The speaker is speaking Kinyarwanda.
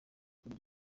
gake